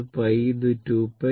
ഇതാണ് π ഇത് 2π